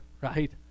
right